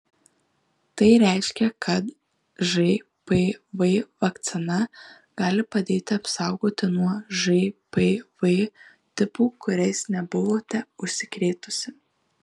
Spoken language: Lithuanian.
tai reiškia kad žpv vakcina gali padėti apsaugoti nuo žpv tipų kuriais nebuvote užsikrėtusi